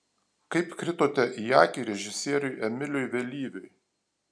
kaip kritote į akį režisieriui emiliui vėlyviui